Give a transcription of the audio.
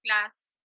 class